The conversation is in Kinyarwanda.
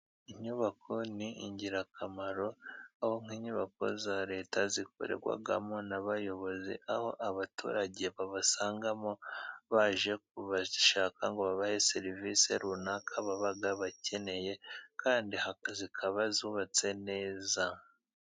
Inyubako ni ingirakamaro. Aho nk'inyubako za leta zikorerwamo n'abayobozi .Aho abaturage babasangamo ,baje kubashaka ngo babahe serivisi runaka ;babaga bakeneye kandi zikaba zubatse neza.